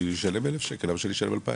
אני אשלם אלף שקל למה שאשלם 2,000?